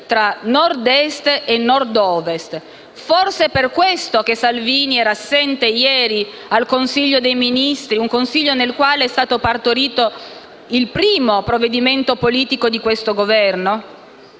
tra Nord-Est e Nord-Ovest. Forse è per questo che Salvini era assente ieri al Consiglio dei ministri, dove è stato partorito il primo provvedimento politico di questo Governo?